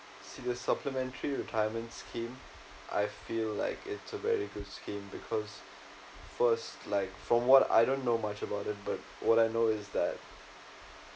see the supplementary retirement scheme I feel like it's a very good scheme because first like from what I don't know much about that but what I know is that